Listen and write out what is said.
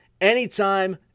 anytime